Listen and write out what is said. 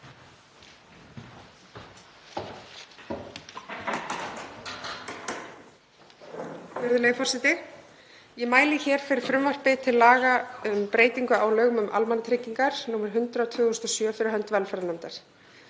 Virðulegi forseti. Ég mæli hér fyrir frumvarpi til laga um breytingu á lögum um almannatryggingar, nr. 100/2007, fyrir hönd velferðarnefndar.